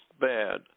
bad